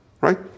right